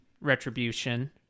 retribution